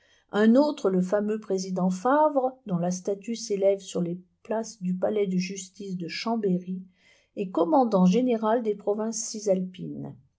un autre le fameux président favre dont la statue s'élève sur la place du palais de justice de chambéry est commandant général des provinces cisalpines